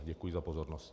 Děkuji za pozornost.